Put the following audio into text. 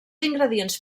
ingredients